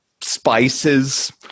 spices